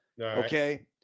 Okay